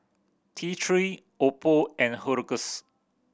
T Three Oppo and Hiruscar